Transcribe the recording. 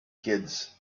kids